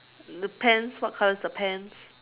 the pants what color is the pants